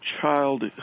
child